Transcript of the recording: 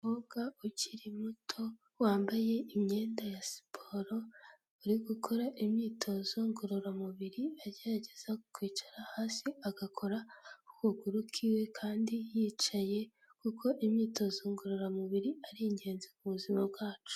Umukobwa ukiri muto wambaye imyenda ya siporo, ari gukora imyitozo ngororamubiri agerageza kwicara hasi agakora ku kuguru kw'iwe kandi yicaye kuko imyitozo ngororamubiri ari ingenzi mu buzima bwacu.